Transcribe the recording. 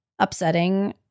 upsetting